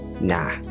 Nah